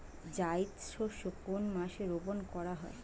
জায়িদ শস্য কোন মাসে রোপণ করা হয়?